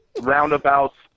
roundabouts